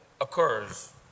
occurs